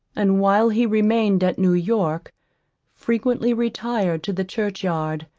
and while he remained at new-york frequently retired to the church-yard,